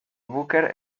booker